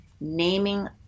naming